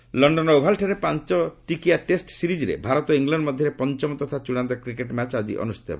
cricket ଲଣ୍ଡନଠର Oval ଠାରେ ପାଞ୍ଚଟିକିଆ ଟେଷ୍ଟ ସିରିଜ୍ରେ ଭାରତ ଓ ଇଂଲଣ୍ଡ ମଧ୍ୟରେ ପଞ୍ଚମ ତଥା ଚୂଡାନ୍ତ କ୍ରିକେଟ ମ୍ୟାଚ ଅନୁଷ୍ଠିତ ହେବ